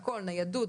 ניידות,